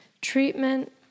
Treatment